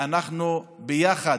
אנחנו ביחד,